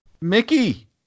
Mickey